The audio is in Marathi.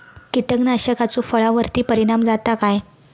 कीटकनाशकाचो फळावर्ती परिणाम जाता काय?